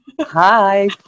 Hi